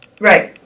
Right